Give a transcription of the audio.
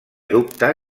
dubte